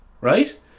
right